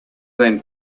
than